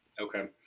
okay